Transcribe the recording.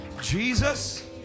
Jesus